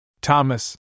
Thomas